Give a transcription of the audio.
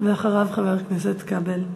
ואחריו, חבר הכנסת כבל.